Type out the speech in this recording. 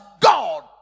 God